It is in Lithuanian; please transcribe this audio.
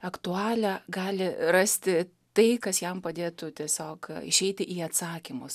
aktualią gali rasti tai kas jam padėtų tiesiog išeiti į atsakymus